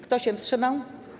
Kto się wstrzymał?